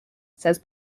says